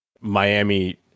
Miami